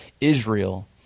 israel